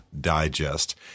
Digest